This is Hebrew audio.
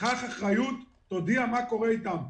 קח אחריות, תודיע מה קורה אתם.